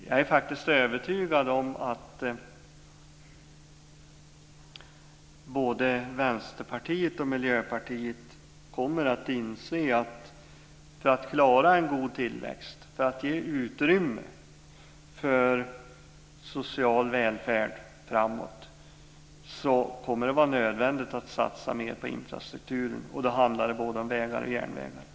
Jag är faktiskt övertygad om att både Vänsterpartiet och Miljöpartiet kommer att inse att för att klara en god tillväxt och ge utrymme för social välfärd framåt kommer det att vara nödvändigt att satsa mer på infrastrukturen. Då handlar det om både vägar och järnvägar.